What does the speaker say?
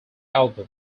album